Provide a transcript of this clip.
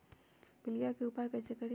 पीलिया के उपाय कई से करी?